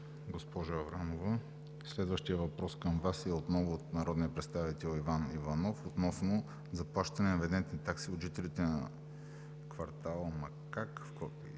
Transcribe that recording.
госпожо Аврамова. Следващият въпрос към Вас е отново от народния представител Иван Иванов относно заплащане на винетни такси от жителите на кв. „Макак“ и